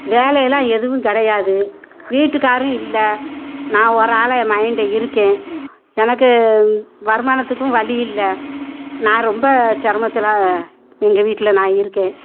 வேலையெல்லாம் எதுவும் கிடையாது வீட்டுக்காரரும் இல்லை நான் ஒரு ஆள் ஏன் மகன்ட்ட இருக்கேன் எனக்கு வருமானத்துக்கும் வழி இல்லை நான் ரொம்ப சிரமத்துல எங்கள் வீட்டில் நான் இருக்கேன்